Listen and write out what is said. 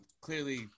clearly